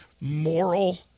moral